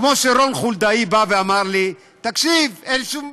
כמו שרון חולדאי אמר לי: תקשיב, אין שום בעיה.